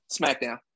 Smackdown